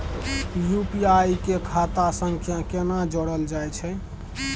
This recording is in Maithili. यु.पी.आई के खाता सं केना जोरल जाए छै?